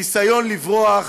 ניסיון לברוח